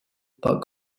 but